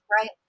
Right